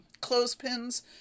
clothespins